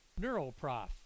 Neuroprof